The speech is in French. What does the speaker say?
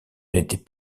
n’était